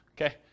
Okay